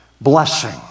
blessing